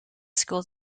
schools